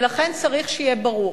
ולכן צריך שיהיה ברור,